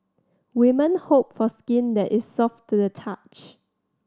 women hope for skin that is soft to the touch